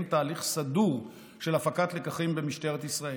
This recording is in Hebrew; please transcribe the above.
תהליך סדור של הפקת לקחים במשטרת ישראל,